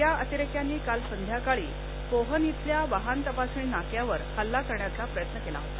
या अतिरेक्यांनी काल संध्याकाळी पोहन इथल्या वाहन तपासणी नाक्यावर हल्ला करण्याचा प्रयत्न केला होता